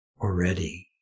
already